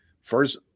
First